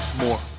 more